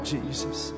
Jesus